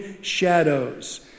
shadows